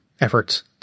efforts